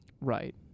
Right